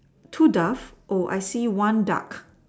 too daft I see one duck